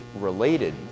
related